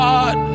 God